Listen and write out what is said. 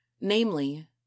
namely